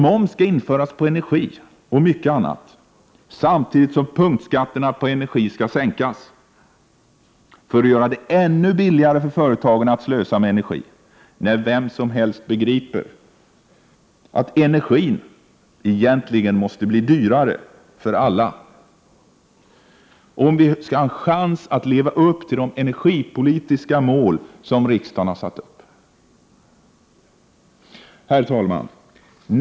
Moms skall införas på energi och mycket annat, samtidigt som punktskatterna på energi skall sänkas för att göra det ännu billigare för företagen att slösa med energi, när vem som helst begriper att energin egentligen måste bli dyrare för alla, om vi skall ha en chans att leva upp till de energipolitiska mål som riksdagen har satt upp. Herr talman!